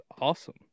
awesome